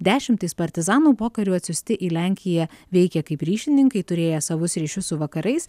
dešimtys partizanų pokariu atsiųsti į lenkiją veikė kaip ryšininkai turėję savus ryšius su vakarais